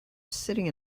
sitting